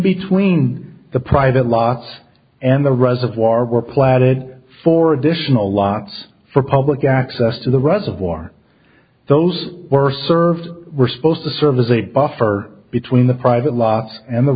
between the private lots and the reservoir were platted for additional lots for public access to the reservoir those were served were supposed to serve as a buffer between the private lots and the